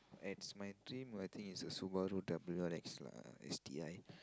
as my dream I think it's a Subaru W_R_X lah S_T_I